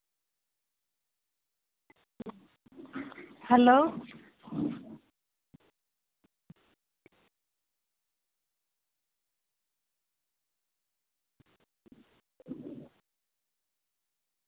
hello